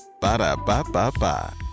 Ba-da-ba-ba-ba